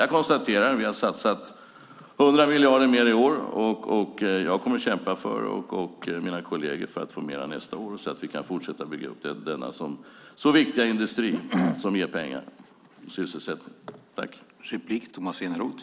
Jag konstaterar att vi har satsat 100 miljoner mer i år, och jag och mina kolleger kommer att kämpa för att få mer nästa år så att vi kan fortsätta att bygga upp denna så viktiga industri som ger pengar och sysselsättning.